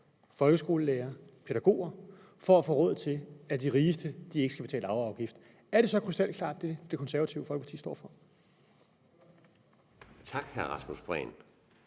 folkeskolelærere og pædagoger for at få råd til, at de rigeste ikke skal betale arveafgift? Er det, som Det Konservative Folkeparti står for,